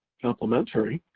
complimentary,